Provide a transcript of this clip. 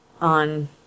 on